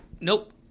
Nope